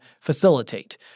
facilitate